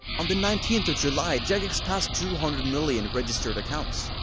on the nineteenth of july, jagex passed two hundred million registered accounts.